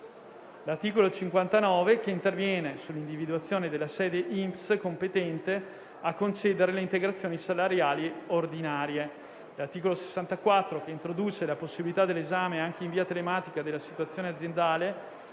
l'articolo 59, che interviene sull'individuazione della sede INPS competente a concedere le integrazioni salariali ordinarie; - l'articolo 64, che introduce la possibilità dell'esame anche in via telematica della situazione aziendale